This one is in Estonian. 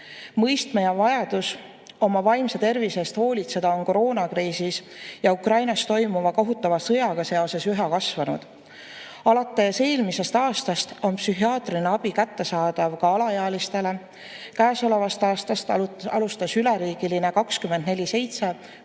Mõistmine ja vajadus oma vaimse tervise eest hoolitseda on koroonakriisis ja Ukrainas toimuva kohutava sõjaga seoses üha kasvanud. Alates eelmisest aastast on psühhiaatriline abi kättesaadav ka alaealistele. Käesolevast aastast alustas üleriigiline 24/7